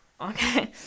Okay